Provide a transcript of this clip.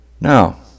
Now